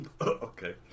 okay